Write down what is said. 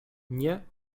nie